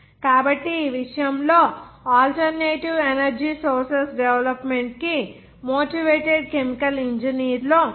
కాబట్టి ఈ విషయంలో ఆల్టర్నేటివ్ ఎనర్జీ సోర్సెస్ డెవలప్మెంట్ కి మోటివేటెడ్ కెమికల్ ఇంజనీర్ లో ఆయన ఒకరు